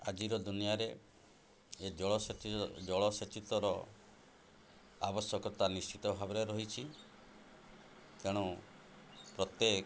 ଆଜିର ଦୁନିଆରେ ଏ ଜଳସେଚିତ ଜଳସେଚିତର ଆବଶ୍ୟକତା ନିଶ୍ଚିତ ଭାବରେ ରହିଛି ତେଣୁ ପ୍ରତ୍ୟେକ